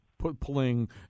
pulling